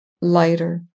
lighter